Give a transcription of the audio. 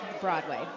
Broadway